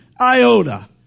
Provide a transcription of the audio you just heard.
iota